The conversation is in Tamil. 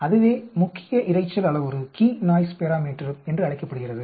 அதுவே முக்கிய இரைச்சல் அளவுரு என்று அழைக்கப்படுகிறது